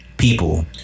people